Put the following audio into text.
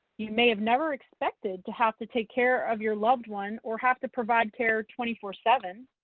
you may have never expected to have to take care of your loved one or have to provide care twenty four seven.